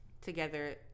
together